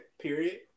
Period